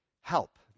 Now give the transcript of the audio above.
help